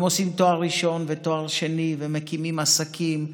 הם עושים תואר ראשון ותואר שני, ומקימים עסקים,